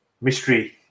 mystery